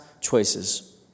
choices